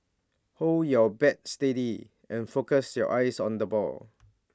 hold your bat steady and focus your eyes on the ball